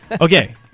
Okay